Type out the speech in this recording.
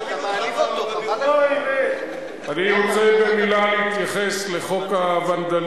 ולפני יומיים ציטטו את ז'בוטינסקי שדאג לחמשת המ"מים.